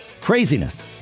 Craziness